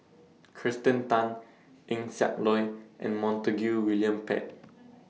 Kirsten Tan Eng Siak Loy and Montague William Pett